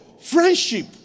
friendship